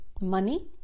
money